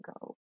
go